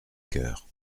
coeur